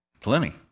Plenty